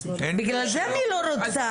בגלל זה אני לא רוצה.